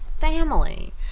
family